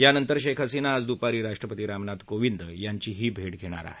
यानंतर शेख हसीना आज दुपारी राष्ट्रपतीरामनाथ कोविंद यांचीही भेट घेणार आहेत